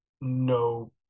no